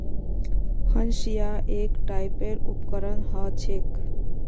हंसिआ एक टाइपेर उपकरण ह छेक